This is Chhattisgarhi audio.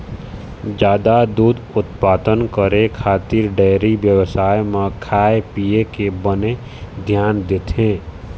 जादा दूद उत्पादन करे खातिर डेयरी बेवसाय म खाए पिए के बने धियान देथे